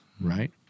right